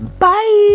Bye